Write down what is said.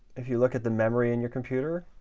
if you look at the memory in your computer,